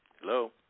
Hello